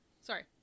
Sorry